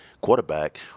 quarterback